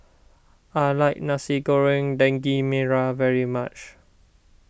I like Nasi Goreng Daging Merah very much